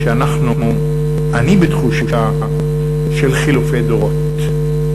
אני בתחושה של חילופי דורות.